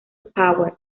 power